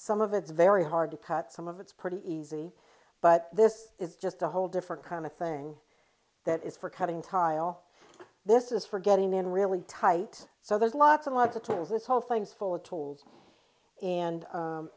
some of it's very hard to cut some of it's pretty easy but this is just a whole different kind of thing that is for cutting tile this is for getting in really tight so there's lots and lots of tools this whole thing's full of tolls and